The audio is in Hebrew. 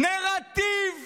למה אתם מסיתים?